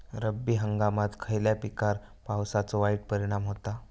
रब्बी हंगामात खयल्या पिकार पावसाचो वाईट परिणाम होता?